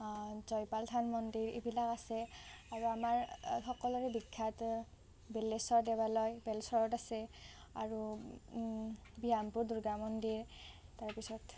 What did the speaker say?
জয়পাল থান মন্দিৰ এইবিলাক আছে আৰু আমাৰ সকলোৰে বিখ্যাত বিলেশ্বৰ দেৱালয় বেলশ্বৰত আছে আৰু ব্যায়মপুৰ দুৰ্গা মন্দিৰ তাৰপিছত